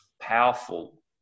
powerful